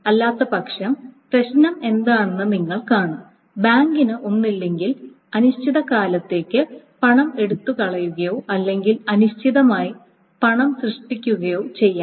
അല്ലാത്തപക്ഷം പ്രശ്നം എന്താണെന്ന് നിങ്ങൾ കാണും ബാങ്കിന് ഒന്നുകിൽ അനിശ്ചിതകാലത്തേക്ക് പണം എടുത്തുകളയുകയോ അല്ലെങ്കിൽ അനിശ്ചിതമായി പണം സൃഷ്ടിക്കുകയോ ചെയ്യാം